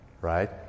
Right